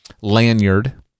lanyard